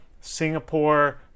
Singapore